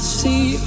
see